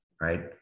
right